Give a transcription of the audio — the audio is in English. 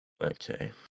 Okay